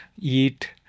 eat